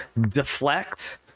deflect